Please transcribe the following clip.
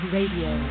Radio